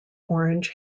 orange